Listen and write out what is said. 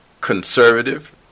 conservative